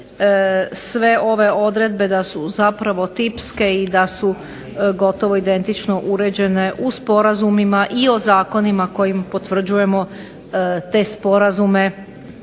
sve ove odredbe da su zapravo tipske i da su gotovo identično uređene u sporazumima i o zakonima kojim potvrđujemo te sporazume